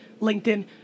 LinkedIn